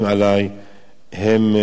הם העבירו לי את המידע הזה.